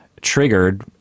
triggered